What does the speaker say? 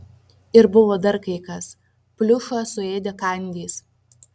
ir buvo dar kai kas pliušą suėdė kandys